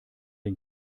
den